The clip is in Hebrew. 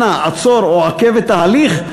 אנא עצור או עכב את ההליך,